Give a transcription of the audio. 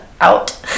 out